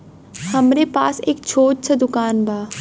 हमरे पास एक छोट स दुकान बा